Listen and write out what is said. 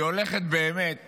היא הולכת באמת